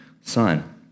son